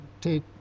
take